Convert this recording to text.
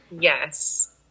Yes